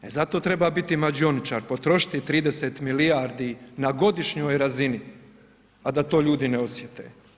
E zato treba biti mađioničar, potrošiti 30 milijardi na godišnjoj razini, a da to ljudi ne osjete.